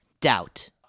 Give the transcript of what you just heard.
Doubt